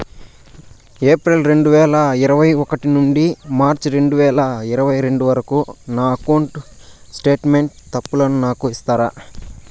April రెండు వేల ఇరవై ఒకటి నుండి మార్చ్ రెండు వేల ఇరవై రెండు వరకు నా అకౌంట్ స్టేట్మెంట్ తప్పులను నాకు ఇస్తారా?